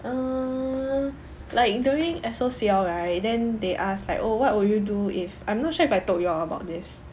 err like during S_O_C_L right then they ask like oh what would you do if I'm not sure if I told you all about this